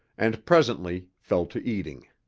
and presently fell to eating.